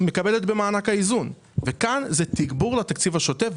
מקבלות במענק האיזון, וכאן זה תגבור לתקציב השוטף.